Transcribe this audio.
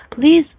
Please